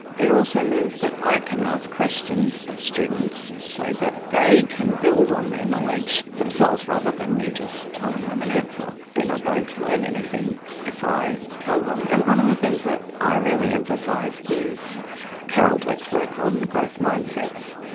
it also means that i can ask questions of students so that they can build on their knowledge themselves rather than me just telling them an answer. they're not going to learn anything if i tell them. and one of the things that i really emphasise is carol dweck's work on growth mindsets.